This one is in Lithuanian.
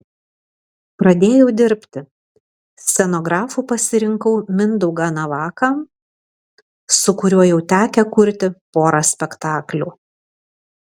pradėjau dirbti scenografu pasirinkau mindaugą navaką su kuriuo jau tekę kurti porą spektaklių